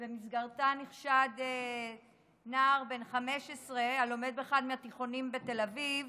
שבה נחשד נער בן 15 הלומד באחד התיכונים בתל אביב